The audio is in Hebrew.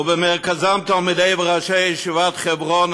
ובמרכזם תלמידי וראשי ישיבת חברון,